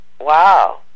wow